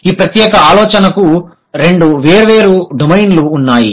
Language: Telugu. ఈ ప్రత్యేక ఆలోచనకు రెండు వేర్వేరు డొమైన్లు ఉన్నాయి